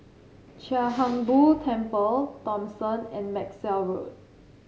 Chia Hung Boo Temple Thomson and Maxwell Road